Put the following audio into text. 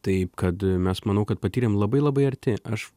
taip kad mes manau kad patyrėm labai labai arti aš